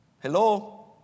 Hello